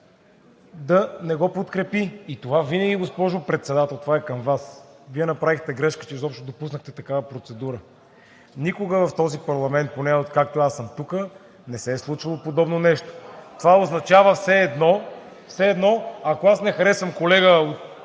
да не го подкрепи. Госпожо Председател – това е към Вас, Вие направихте грешка, че изобщо допуснахте такава процедура. Никога в този парламент, поне откакто аз съм тук, не се е случвало подобно нещо. Това означава – все едно, ако аз не харесвам колега